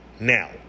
Now